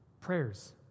prayers